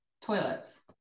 toilets